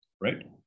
right